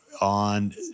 on